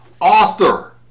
author